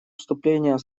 вступления